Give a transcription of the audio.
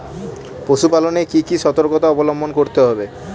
পশুপালন এ কি কি সর্তকতা অবলম্বন করতে হবে?